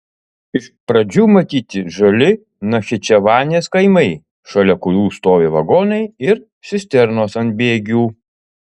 iš pradžių matyti žali nachičevanės kaimai šalia kurių stovi vagonai ir cisternos ant bėgių